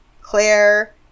Claire